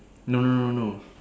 no no no no no